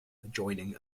adjoining